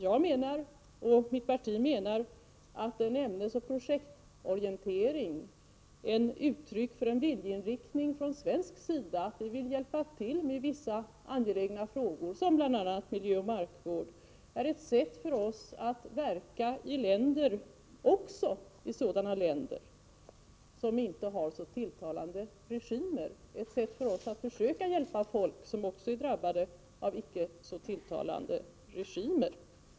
Jag och vårt parti anser att ämnesoch projektorienteringen är ett uttryck för en viljeinriktning från svensk sida att vi vill hjälpa till med vissa angelägna frågor, t.ex. miljöoch markfrågor, och ett sätt för oss att hjälpa befolkningen i sådana länder som inte har så tilltalande regimer.